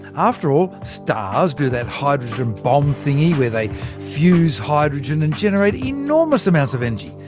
after all, stars do that hydrogen-bomb thing where they fuse hydrogen, and generate enormous amounts of energy.